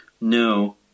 No